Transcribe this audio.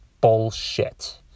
bullshit